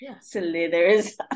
slithers